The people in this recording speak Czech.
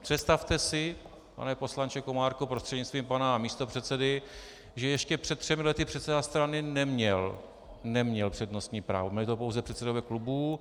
Představte si, pane poslanče Komárku prostřednictvím pana místopředsedy, že ještě před třemi lety předseda strany neměl přednostní právo, měli je pouze předsedové klubů.